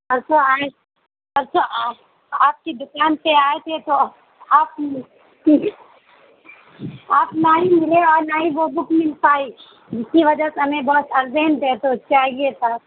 پرسو آئے پرسو آپ آپ کی دوکان پہ آئے تھے تو آپ آپ نہ ہی ملے اور نہ ہی وہ بک مل پائی جس کی وجہ سے ہمیں بہت ارجینٹ ہے تو چاہیے تھا